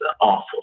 awful